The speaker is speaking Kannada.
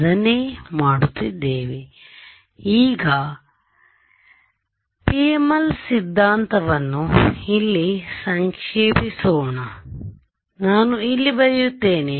ಅದನ್ನೇ ಮಾಡುತ್ತಿದ್ದೇವೆ ಈ PML ಸಿದ್ಧಾಂತವನ್ನು ಇಲ್ಲಿ ಸಂಕ್ಷೇಪಿಸೋಣ ಆದ್ದರಿಂದ ನಾನು ಇಲ್ಲಿ ಬರೆಯುತ್ತೇನೆ